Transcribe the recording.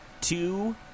two